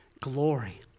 glory